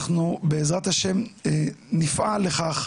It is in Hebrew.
אנחנו בעזרת ה' נפעל לכך,